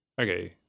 Okay